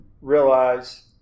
realize